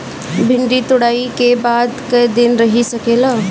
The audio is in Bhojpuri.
भिन्डी तुड़ायी के बाद क दिन रही सकेला?